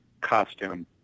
costume